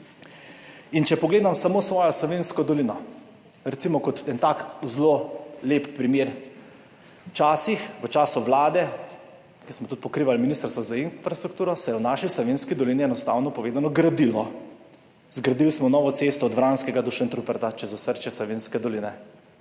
Če pogledam samo svojo Savinjsko dolino, recimo, kot en tak zelo lep primer. Včasih, v času vlade, ko smo pokrivali tudi Ministrstvo za infrastrukturo, se je v naši Savinjski dolini enostavno povedano gradilo. Zgradili smo novo cesto od Vranskega do Šentruperta čez osrčje Savinjske doline.